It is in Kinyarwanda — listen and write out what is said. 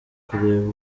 kureba